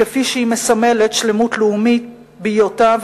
כפי שהיא מסמלת שלמות לאומית בהיותה,